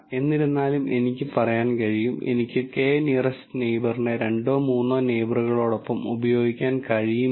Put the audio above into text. data science for എൻജിനീയേഴ്സ്നെക്കുറിച്ചുള്ള ആദ്യ course ആയതിനാൽ എഞ്ചിനീയർമാർക്ക് ഏറ്റവും താൽപ്പര്യമുള്ള പ്രോബ്ളങ്ങളുടെ പ്രധാന വിഭാഗങ്ങൾ നമ്മൾ ഉൾക്കൊള്ളാൻ പോകുന്നു